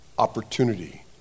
opportunity